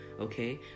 okay